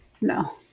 no